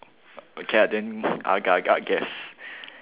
okay lah then agak agak guess